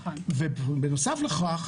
ובנוסף לכך,